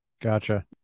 Gotcha